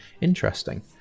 interesting